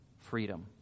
freedom